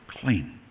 clean